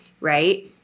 right